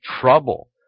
trouble